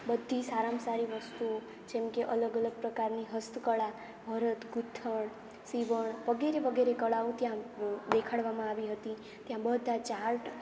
બધી સારામાં સારી વસ્તુઓ જેમ કે અલગ અલગ પ્રકારની હસ્તકળા ભરત ગુંથણ સીવણ વગેરે વગેરે કળાઓ ત્યાં દેખાડવામાં આવી હતી ત્યાં બધા ચાર્ટ